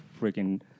freaking